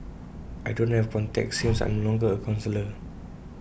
I don't have contacts since I am longer A counsellor